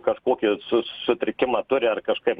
kažkokį su sutrikimą turi ar kažkaip